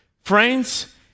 friends